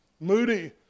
Moody